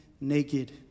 naked